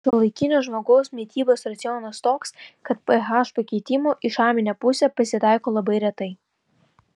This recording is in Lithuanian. šiuolaikinio žmogaus mitybos racionas toks kad ph pakitimų į šarminę pusę pasitaiko labai retai